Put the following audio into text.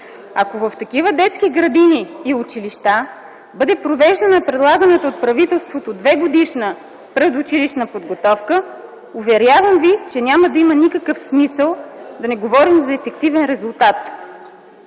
Ако в такива детски градини и училища бъде провеждана предлаганата от правителството двегодишна предучилищна подготовка, уверявам ви, че няма да има никакъв смисъл, да не говорим за ефективен резултат.